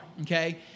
Okay